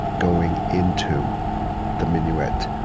going into the minuet,